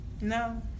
No